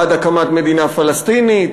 בעד הקמת מדינה פלסטינית,